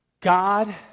God